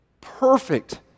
perfect